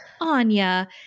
Anya